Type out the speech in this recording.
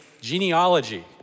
genealogy